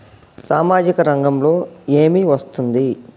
సామాజిక రంగంలో ఏమి వస్తుంది?